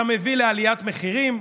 אתה מביא לעליית מחירים,